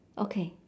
okay